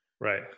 right